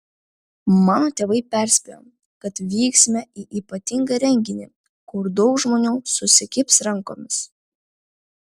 mano tėvai perspėjo kad vyksime į ypatingą renginį kur daug žmonių susikibs rankomis